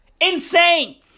Insane